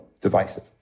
divisive